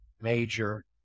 major